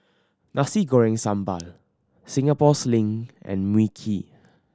Nasi Goreng Sambal Singapore Sling and Mui Kee